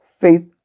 Faith